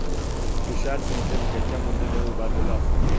तुषार सिंचन खयच्या मुद्द्यांवर उभारलेलो आसा?